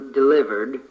delivered